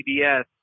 CBS